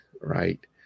right